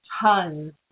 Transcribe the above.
tons